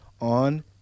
on